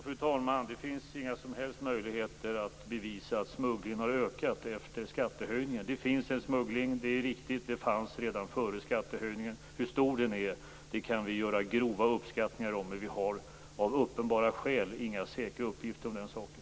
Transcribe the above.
Fru talman! Det finns inga som helst möjligheter att bevisa att smugglingen har ökat efter skattehöjningen. Det finns en smuggling, det är riktigt. Det fanns redan före skattehöjningen. Hur stor den är kan vi göra grova uppskattningar om, men vi har av uppenbara skäl inga säkra uppgifter om den saken.